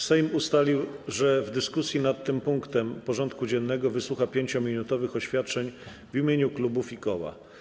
Sejm ustalił, że w dyskusji nad tym punktem porządku dziennego wysłucha 5-minutowych oświadczeń w imieniu klubów i koła.